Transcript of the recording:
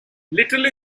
little